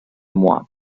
moab